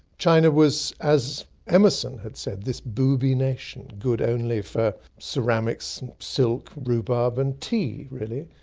china, was as emerson had said, this booby nation, good only for ceramics, silk, rhubarb and tea really.